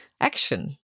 action